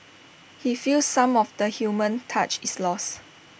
he feels some of the human touch is lost